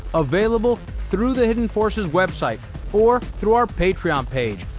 available through the hidden forces website or through our patreon page,